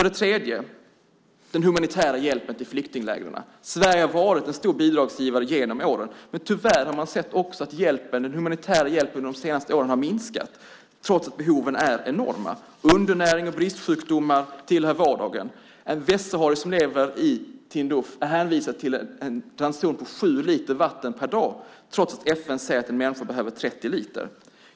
Det tredje gäller den humanitära hjälpen till flyktinglägren. Sverige har varit en stor bidragsgivare genom åren. Men tyvärr har man sett att den humanitära hjälpen har minskat under de senaste åren trots att behoven är enorma. Undernäring och bristsjukdomar tillhör vardagen. En västsaharier som lever i Tindouf är hänvisad till en ranson av sju liter vatten per dag trots att FN säger att en människa behöver 30 liter.